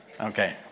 Okay